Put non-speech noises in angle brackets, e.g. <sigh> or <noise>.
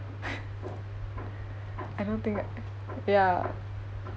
<laughs> I don't think that ya